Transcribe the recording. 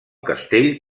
castell